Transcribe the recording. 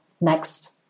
next